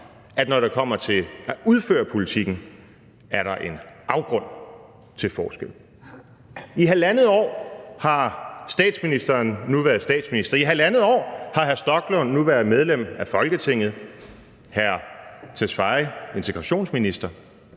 at når det kommer til at udføre politiken, er der en afgrund til forskel. I halvandet år har statsministeren nu været statsminister, i halvandet år har hr. Rasmus Stoklund nu været medlem af Folketinget, og i halvandet år har hr.